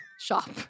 shop